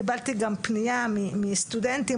קיבלתי גם פניה מסטודנטים,